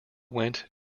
went